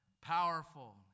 Powerful